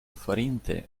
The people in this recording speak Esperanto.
farinte